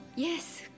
Yes